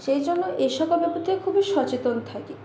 সেই জন্য এই সকল ব্যাপার থেকে খুবই সচেতন থাকি